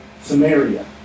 Samaria